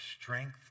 strength